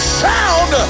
sound